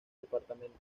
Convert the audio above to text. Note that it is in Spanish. departamento